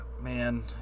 man